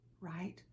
right